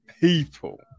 people